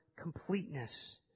completeness